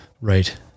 Right